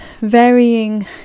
varying